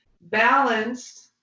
balanced